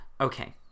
Okay